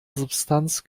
substanz